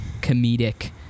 comedic